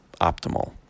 optimal